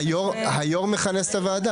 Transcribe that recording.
היו"ר מכנס את הוועדה.